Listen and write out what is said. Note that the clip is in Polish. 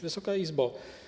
Wysoka Izbo!